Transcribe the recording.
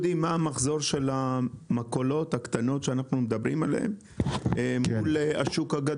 המחזור של המכולות הקטנות שאנחנו מדברים עליהן --- כן,